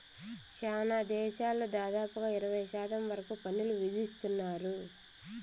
శ్యానా దేశాలు దాదాపుగా ఇరవై శాతం వరకు పన్నులు విధిత్తున్నారు